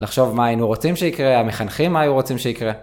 לחשוב מה היינו רוצים שיקרה, המחנכים מה היו רוצים שיקרה.